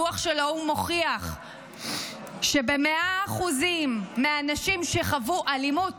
דוח של האו"ם מוכיח ש-100% הנשים שחוו אלימות